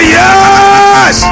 yes